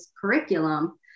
curriculum